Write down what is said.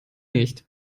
nicht